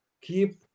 keep